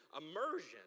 immersion